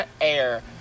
air